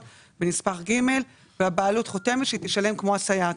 בנספח ג' והבעלות חותמת שהיא תשלם כמו הסייעת,